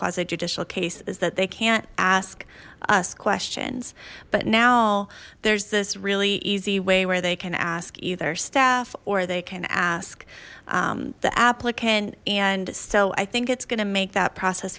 closeted judicial case is that they can't ask us questions but now there's this really easy way where they can ask either staff or they can ask the applicant and so i think it's going to make that process